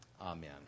Amen